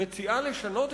מציעה לשנות,